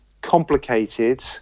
complicated